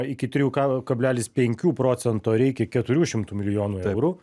iki trijų ka kablelis penkių procento reikia keturių šimtų milijonų eurų